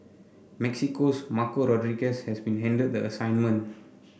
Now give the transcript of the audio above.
Mexico's Marco Rodriguez has been handed the assignment